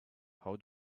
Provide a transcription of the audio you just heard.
how